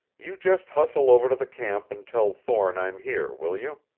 you just hustle over to the camp and tell thorne i'm here, will you?